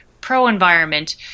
pro-environment